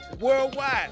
worldwide